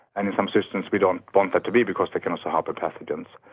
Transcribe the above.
and in some systems we don't want that to be, because they can also harbour pathogens.